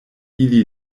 ili